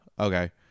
Okay